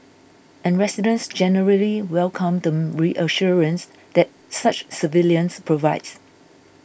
and residents generally welcome the reassurance that such surveillance provides